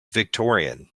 victorian